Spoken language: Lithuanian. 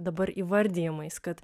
dabar įvardijimais kad